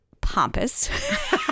pompous